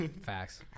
facts